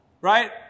Right